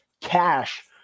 cash